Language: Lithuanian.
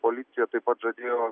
policija taip pat žadėjo